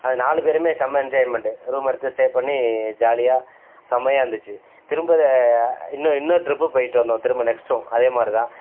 அந்த நாலு பேருமே செம என்ஜாய்ன்மெண்டு ரூம் எடுத்து ஸ்டே பண்ணி ஜாலியாக செம்மயாக இருந்துச்சு திரும்ப அதை இன்னும் இன்னொரு ட்ரிப்பு போயிட்டு வந்தோம் திரும்ப நெக்ஸ்ட்டும் அதே மாதிரி தான்